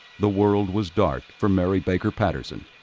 the world was dark for mary baker patterson.